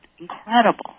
incredible